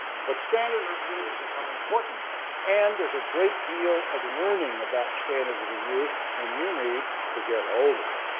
but standard review has become important and there's a great deal of learning about standard review and you need to get hold of it.